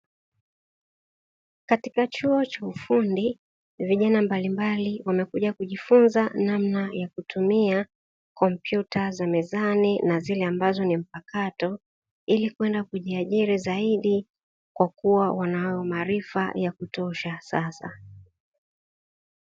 Katika chuo cha ufundi; vijana mbalimbali wanakuja kujifunza namna ya kutumia kompyuta za mezani na zile ambazo ni mpakato, ili kwenda kujiajiri zaidi kwa kuwa wanayo maarifa ya kutosha sasa.